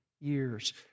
years